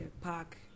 park